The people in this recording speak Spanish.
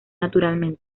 naturalmente